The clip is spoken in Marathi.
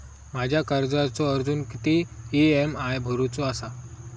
माझ्या कर्जाचो अजून किती ई.एम.आय भरूचो असा?